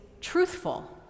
truthful